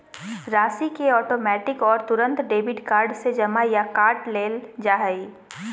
राशि के ऑटोमैटिक और तुरंत डेबिट कार्ड से जमा या काट लेल जा हइ